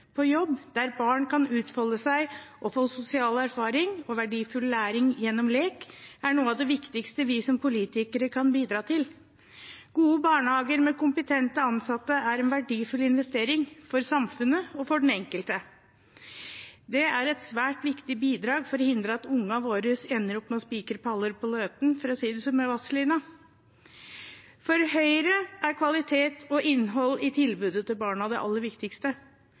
på jobb, der barn kan utfolde seg og få sosial erfaring og verdifull læring gjennom lek, er noe av det viktigste vi som politikere kan bidra til. Gode barnehager med kompetente ansatte er en verdifull investering for samfunnet og for den enkelte. Det er et svært viktig bidrag for å hindre at ungene våre ender opp med å spikre «paller på Løten», for å si det med Vazelina. For Høyre er kvalitet og innhold i tilbudet til barna det aller viktigste,